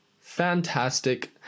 Fantastic